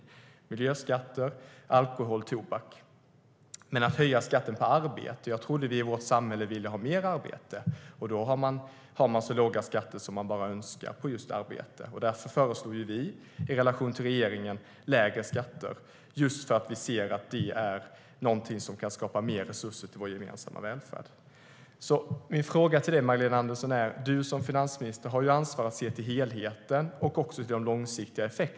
Det är fråga om miljöskatter, alkohol och tobak. Som finansminister har du, Magdalena Andersson, ansvar för att se till helheten och till de långsiktiga effekterna.